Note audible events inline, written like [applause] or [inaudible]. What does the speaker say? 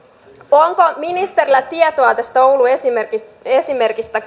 onko ministerillä tietoa tästä oulun esimerkistä [unintelligible]